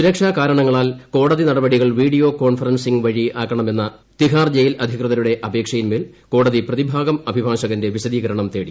സുരക്ഷാ കാരണങ്ങളാൽ കോടതി നടപടികൾ വീഡിയോ കോൺഫറൻസിംഗ് വഴി ആക്കണമെന്ന തീഹാർ ജയിൽ അധികൃതരുടെ അപേക്ഷയിന്മേൽ കോടതി പ്രതിഭാഗം അഭിഭാഷകന്റെ വിശദീകരണം തേടി